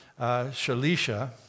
Shalisha